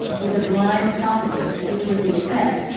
with a blind confidence, which was the effect,